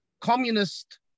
communist